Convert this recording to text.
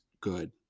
good